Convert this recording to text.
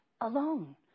alone